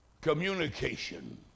communication